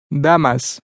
Damas